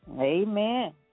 Amen